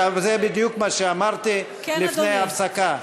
זה בדיוק מה שאמרתי לפי ההפסקה.